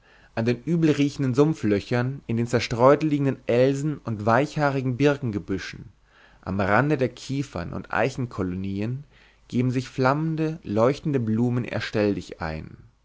an den übelriechenden sumpflöchern in den zerstreut liegenden elsen und weichhaarigen birkengebüschen am rande der kiefern und eichenkolonien geben sich flammende leuchtende blumen ihr stelldichein